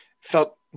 felt